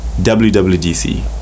WWDC